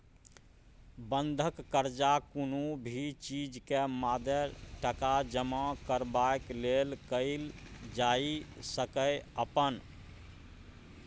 बंधक कर्जा कुनु भी चीज के मादे टका जमा करबाक लेल कईल जाइ सकेए अपन